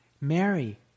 Mary